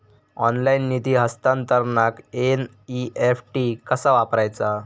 Online निधी हस्तांतरणाक NEFT कसा वापरायचा?